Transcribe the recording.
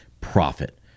profit